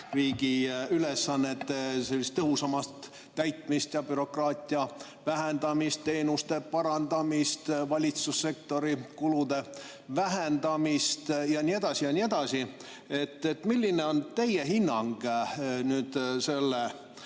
riigi ülesannete tõhusamat täitmist ja bürokraatia vähendamist, teenuste parandamist, valitsussektori kulude vähendamist ja nii edasi ja nii edasi. Milline on teie hinnang avaliku